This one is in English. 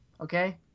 okay